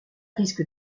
risque